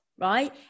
right